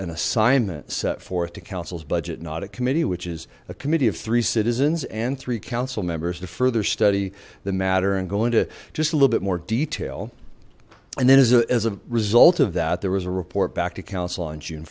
an assignment set forth to councils budget not a committee which is a committee of three citizens and three council members to further study the matter and go into just a little bit more detail and then as a result of that there was a report back to council on june